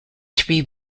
three